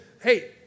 Hey